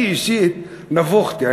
אני אישית נבוכותי.